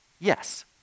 Yes